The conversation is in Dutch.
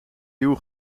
hue